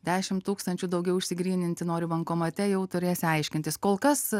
dešim tūkstančių daugiau išsigryninti nori bankomate jau turėsi aiškintis kol kas